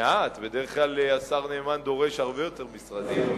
זה מעט, בדרך כלל השר נאמן דורש הרבה יותר משרדים.